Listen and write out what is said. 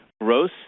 Gross